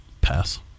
Pass